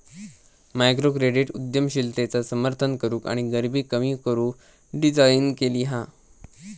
microcredit उद्यमशीलतेचा समर्थन करूक आणि गरीबी कमी करू डिझाईन केली हा